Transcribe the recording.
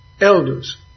elders